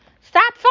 Stop